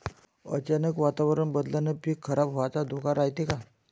अचानक वातावरण बदलल्यानं पीक खराब व्हाचा धोका रायते का?